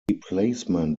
replacement